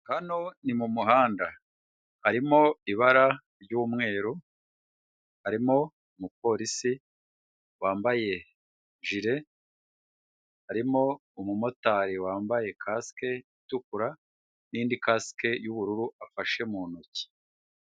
Hano ni mu muhanda harimo ibara ry'umweru, harimo umupolisi wambaye ijire, harimo umumotari wambaye kasike itukura, n'indi kasike y'ubururu afashe mu ntoki.